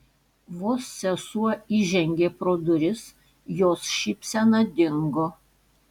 vos sesuo įžengė pro duris jos šypsena dingo